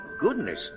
goodness